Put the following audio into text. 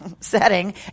setting